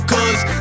Cause